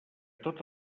tot